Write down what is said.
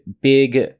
big